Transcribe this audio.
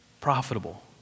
Profitable